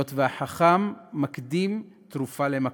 החכם מקדים תרופה למכה,